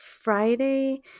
Friday